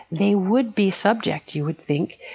they would be subject, you would think,